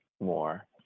more